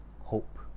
hope